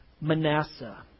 Manasseh